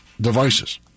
devices